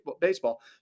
baseball